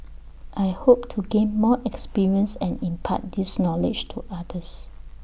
I hope to gain more experience and impart this knowledge to others